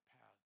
path